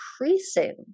increasing